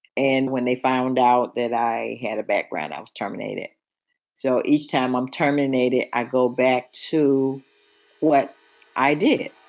and when they found out that i had a background, i was terminated so each time i'm terminated, i go back to what i did,